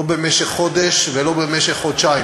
לא במשך חודש ולא במשך חודשיים.